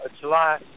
July